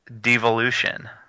Devolution